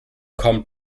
kommt